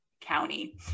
County